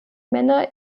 männer